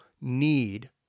need